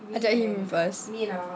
ajak him first